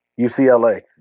UCLA